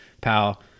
pal